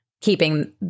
keeping